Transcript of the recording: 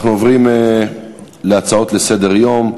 אנחנו עוברים להצעות לסדר-היום.